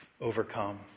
overcome